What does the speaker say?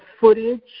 footage